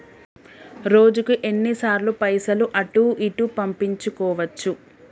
రోజుకు ఎన్ని సార్లు పైసలు అటూ ఇటూ పంపించుకోవచ్చు?